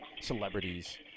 celebrities